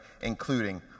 including